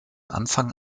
anfang